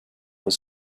was